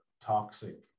toxic